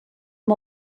amb